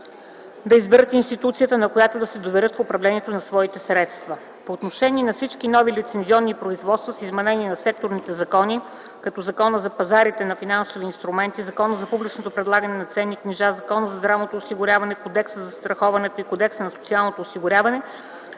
да избират институцията, на която да се доверят в управлението на своите средства. По отношение на всички нови лицензионни производства с изменение на секторните закони като Законът за пазарите на финансови инструменти, Законът за публичното прилагане на ценни книжа, Законът за здравното осигуряване, Кодекса за застраховане, Кодекса за социално осигуряване,